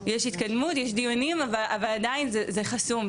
יש התקדמות, יש דיונים אבל עדיין זה חסום.